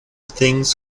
things